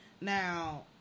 now